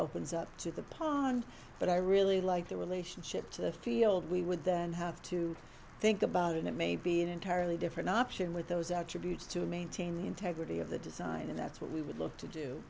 phones up to the pond but i really like the relationship to the field we would then have to think about it it may be an entirely different option with those attributes to maintain the integrity of the design and that's what we would love to do